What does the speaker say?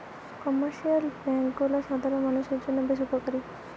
commercial bank গুলা সাধারণ মানুষের জন্য বেশ উপকারী